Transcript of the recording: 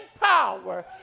power